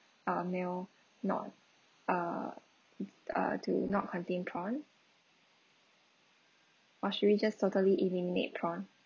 uh meal not uh uh do not contain prawn or should we just totally eliminate prawn